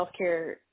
healthcare